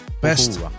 Best